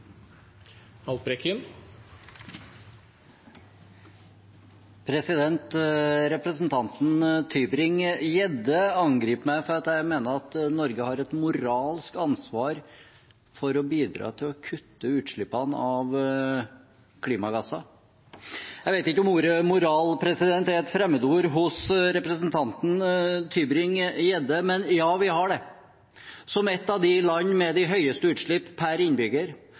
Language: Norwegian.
Representanten Tybring-Gjedde angriper meg for at jeg mener at Norge har et moralsk ansvar for å bidra til å kutte utslippene av klimagasser. Jeg vet ikke om ordet «moral» er et fremmedord for representanten Tybring-Gjedde, men ja, vi har det. Som et av landene med de høyeste utslippene per innbygger,